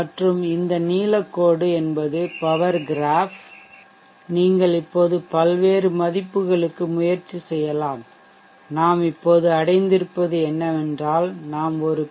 மற்றும் இந்த நீலக்கோடு என்பது பவர் க்ராஃப் நீங்கள் இப்போது பல்வேறு மதிப்புகளுக்கு முயற்சி செய்யலாம் நாம் இப்போது அடைந்திருப்பது என்னவென்றால் நாம் ஒரு பி